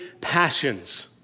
passions